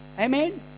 Amen